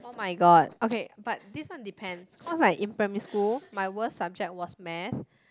oh-my-god okay but this one depends cause like in primary school my worst subject was math